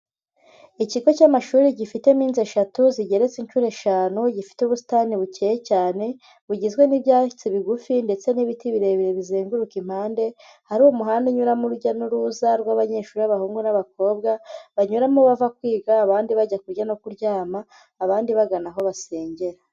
Ikigo cy'amashuri gifitemo inzu eshatu, zigeretse inshuro eshanu, gifite ubusitani bukeye cyane, bugizwe n'ibyatsi bigufi ndetse n'ibiti birebire bizenguruka impande, hari umuhanda unyuramo urujya n'uruza rw'abanyeshuri b'abahungu n'abakobwa, banyuramo bava kwiga abandi bajya kurya no kuryama, abandi bagana aho basengera.